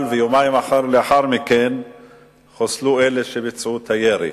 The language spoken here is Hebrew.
ויומיים לאחר מכן חוסלו אלה שביצעו את הירי,